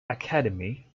academy